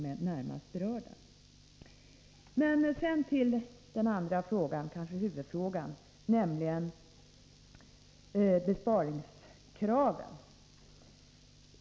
Men sedan till den andra frågan, kanske huvudfrågan, nämligen besparingskravet.